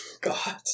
God